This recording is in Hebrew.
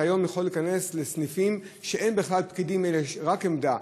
אתה יכול היום להיכנס לסניפים שאין בהם בכלל פקידים אלא יש רק עמדה,